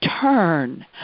turn